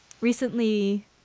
recently